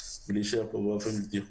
קצת ולהישאר כאן באופן בלתי חוקי.